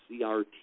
CRT